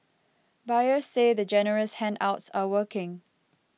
buyers say the generous handouts are working